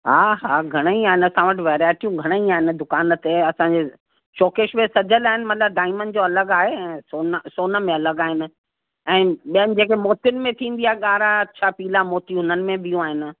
हा हा घणेई आहिनि असां वटि वैराइटियूं घणेई आहिनि दुकान ते असांजे शोकेस में सजियल आहिनि मतिलब डायमंड जो अलॻि आहे ऐं सोन जो सोन में अलॻि आहिनि ऐं ॿियनि जेके मोतिन में थींदी आहे ॻारा अछा पीला मोती हुननि में बियूं आहिनि